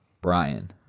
Brian